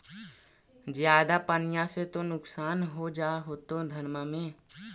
ज्यादा पनिया से तो नुक्सान हो जा होतो धनमा में?